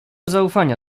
zaufania